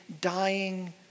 dying